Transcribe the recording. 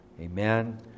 Amen